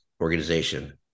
organization